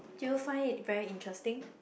do you find it very interesting